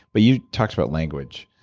but you talked about language.